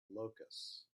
locusts